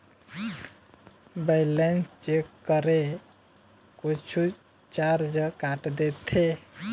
Balance check करें कुछू charge काट देथे?